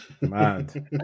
Mad